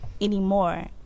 anymore